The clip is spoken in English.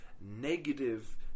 negative